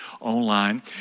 online